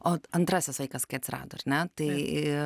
o antrasis vaikas kai atsirado ar ne tai